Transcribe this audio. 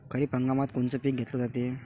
खरिप हंगामात कोनचे पिकं घेतले जाते?